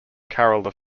carol